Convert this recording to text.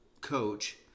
coach